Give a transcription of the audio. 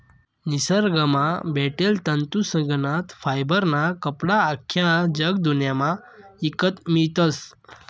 निसरगंमा भेटेल तंतूसनागत फायबरना कपडा आख्खा जगदुन्यामा ईकत मियतस